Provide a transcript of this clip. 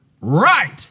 Right